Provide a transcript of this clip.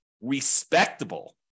respectable